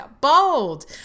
bold